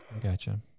Gotcha